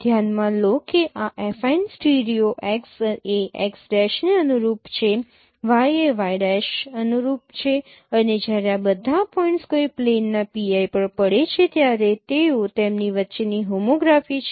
ધ્યાનમાં લો કે આ એફાઇન સ્ટીરિયો x એ x' ને અનુરૂપ છે y એ y' અનુરૂપ છે અને જ્યારે આ બધા પોઇન્ટ્સ કોઈ પ્લેનના pi પર પડે છે ત્યારે તેઓ તેમની વચ્ચેની હોમોગ્રાફી છે